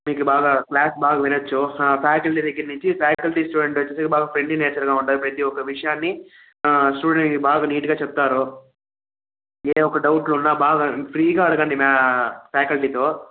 మీకి బాగా క్లాస్ బాగా వినచ్చు ఫ్యాకల్టీ దగ్గర నుంచి ఫ్యాకల్టీ స్టూడెంట్ వచ్చేసి బాగా ఫ్రెండ్లీ నేచర్గా ఉంటారు ప్రతీ ఒక విషయాన్ని స్టూడెంట్ బాగా నీట్గా చెప్తారు ఏ ఒక డౌట్లున్నా బాగా ఫ్రీగా అడగండి మా ఫ్యాకల్టీతో